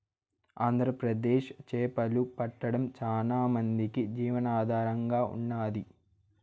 ఆంధ్రప్రదేశ్ చేపలు పట్టడం చానా మందికి జీవనాధారంగా ఉన్నాది